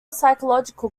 psychological